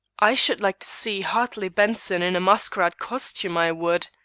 i should like to see hartley benson in masquerade costume, i would.